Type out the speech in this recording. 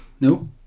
No